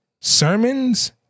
Sermons